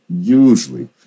usually